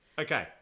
Okay